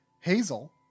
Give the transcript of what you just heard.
Hazel